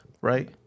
right